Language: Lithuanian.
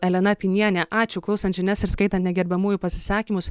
elena apynienė ačiū klausant žinias ir skaitant negerbiamųjų pasisakymus